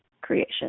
creation